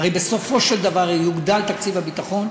הרי בסופו של דבר יוגדל תקציב הביטחון.